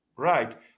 Right